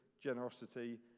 generosity